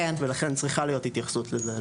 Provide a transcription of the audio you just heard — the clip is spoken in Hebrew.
לכן צריכה להיות התייחסות לזה.